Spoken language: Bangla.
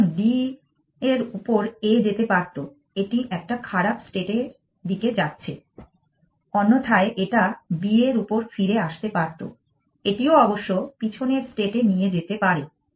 সুতরাং D এর উপর A যেতে পারত এটি একটা খারাপ state এর দিকে যাচ্ছে অন্যথায় এটা B এর উপর ফিরে আসতে পারত এটি ও অবশ্য পিছনের স্টেট এ নিয়ে যেতে পারে